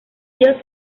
ello